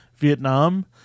vietnam